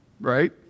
Right